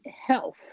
health